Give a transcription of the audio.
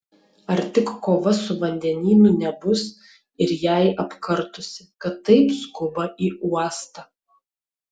ar tik kova su vandenynu nebus ir jai apkartusi kad taip skuba į uostą